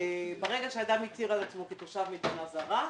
ברגע שאדם מצהיר על עצמו כתושב מדינה זרה,